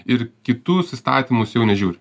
ir kitus įstatymus jau nežiūri